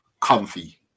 comfy